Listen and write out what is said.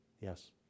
Yes